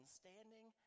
standing